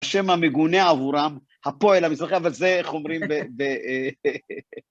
שם המגונה עבורם, הפועל המזרחי, אבל זה איך אומרים ב...